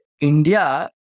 india